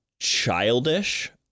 childish